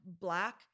black